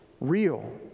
real